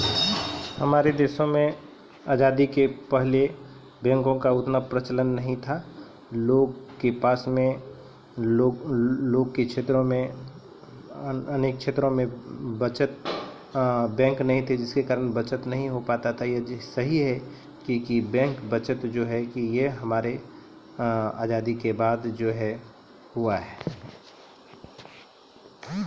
बचत बैंक रो सुरुआत यूरोप मे होलै